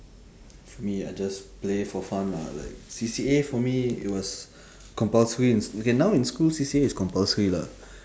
for me I just play for fun lah like C_C_A for me it was compulsory in s~ okay now in school C_C_A is compulsory lah